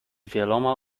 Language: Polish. wieloma